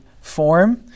form